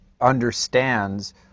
understands